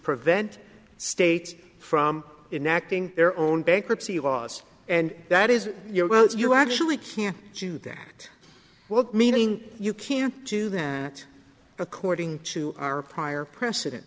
prevent states from in acting their own bankruptcy laws and that is you're well if you actually can't do that well meaning you can't do that according to our prior precedent